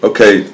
Okay